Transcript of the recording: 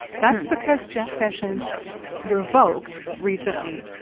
that's because jeff sessions revoked, recently,